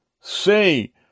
say